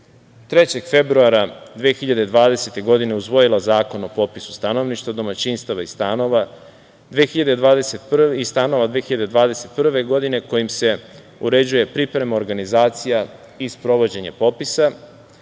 3. februara 2020. godine usvojila Zakon o popisu stanovništva, domaćinstava i stanova 2021. godine kojim se uređuje priprema, organizacija i sprovođenje popisa.